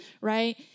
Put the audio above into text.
right